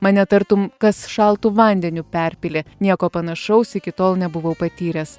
mane tartum kas šaltu vandeniu perpylė nieko panašaus iki tol nebuvau patyręs